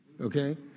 okay